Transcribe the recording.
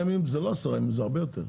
אם כך, זה לא עשרה ימים אלא הרבה יותר.